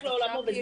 ילך לעולמו,